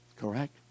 Correct